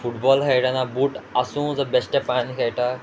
football खेळटना boot आसूं जावं बेश्टे पांयान खेळटा